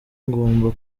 ngomba